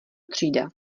třída